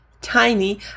tiny